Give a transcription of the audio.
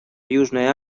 южной